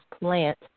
plant